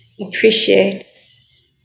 appreciates